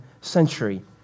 century